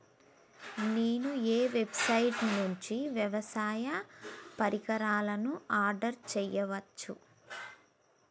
నేను ఏ వెబ్సైట్ నుండి వ్యవసాయ పరికరాలను ఆర్డర్ చేయవచ్చు?